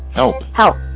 no. how?